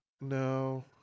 No